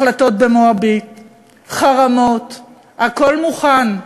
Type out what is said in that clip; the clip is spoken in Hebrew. החלטות במועצת הביטחון, חרמות, הכול מוכן,